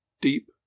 deep